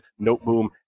Noteboom